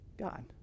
God